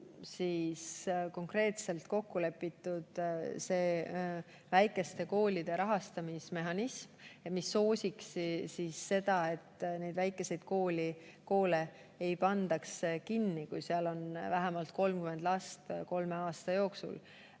on konkreetselt kokku lepitud väikeste koolide rahastamismehhanism, mis soosiks seda, et neid väikeseid koole ei pandaks kinni, kui seal on vähemalt 30 last kolme aasta jooksul,